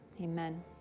amen